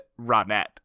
Ronette